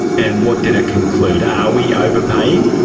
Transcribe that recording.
and what did it conclude? are we overpaying?